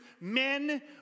men